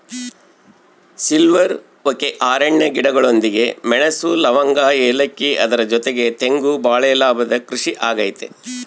silver oak ಅರಣ್ಯ ಗಿಡಗಳೊಂದಿಗೆ ಮೆಣಸು, ಲವಂಗ, ಏಲಕ್ಕಿ ಅದರ ಜೊತೆಗೆ ತೆಂಗು ಬಾಳೆ ಲಾಭದ ಕೃಷಿ ಆಗೈತೆ